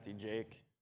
Jake